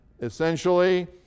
Essentially